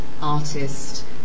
artist